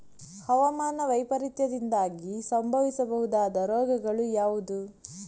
ಹವಾಮಾನ ವೈಪರೀತ್ಯದಿಂದಾಗಿ ಸಂಭವಿಸಬಹುದಾದ ರೋಗಗಳು ಯಾವುದು?